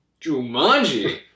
Jumanji